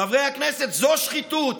חברי הכנסת, זו שחיתות,